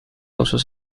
usos